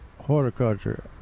horticulture